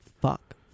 fuck